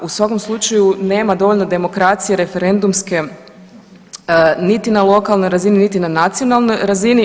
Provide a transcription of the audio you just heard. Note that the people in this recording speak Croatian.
U svakom slučaju nema dovoljno demokracije referendumske niti na lokalnoj razini, niti na nacionalnoj razini.